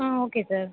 ah okay sir